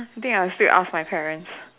think I'll still ask my parents